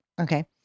Okay